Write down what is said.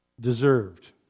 deserved